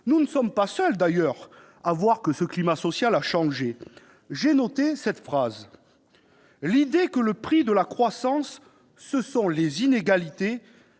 nous ne sommes pas seuls à voir que le climat social a changé. J'ai noté cette phrase :« L'idée que le prix de la croissance, ce sont les inégalités,